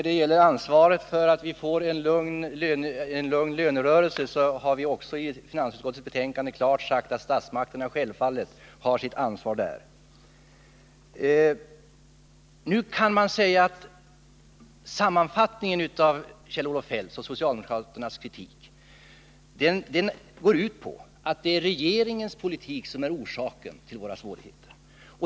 Herr talman! Finansutskottet har i betänkandet klart sagt att statsmakterna har sitt ansvar för att vi får en lugn lönerörelse. Som en sammanfattning av Kjell-Olof Feldts och socialdemokraternas kritik kan sägas att kritiken går ut på att regeringens politik är orsaken till våra svårigheter.